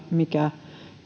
mikä